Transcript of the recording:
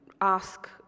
ask